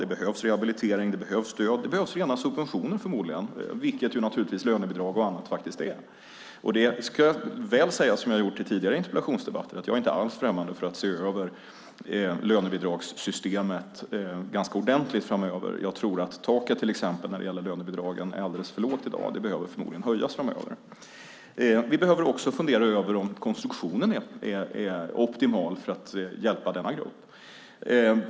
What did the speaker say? Det behövs rehabilitering, stöd och förmodligen rena subventioner, vilket lönebidrag naturligtvis är. Som jag sagt i tidigare interpellationsdebatter är jag inte alls främmande för att se över lönebidragssystemet ganska ordentligt framöver. Jag tror till exempel att taket för lönebidragen är alldeles för lågt i dag och behöver höjas framöver. Vi behöver vidare fundera över om konstruktionen är optimal för att hjälpa denna grupp.